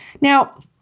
now